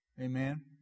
Amen